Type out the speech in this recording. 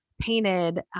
painted